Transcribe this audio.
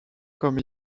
comme